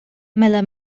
mela